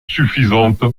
suffisante